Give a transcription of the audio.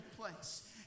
place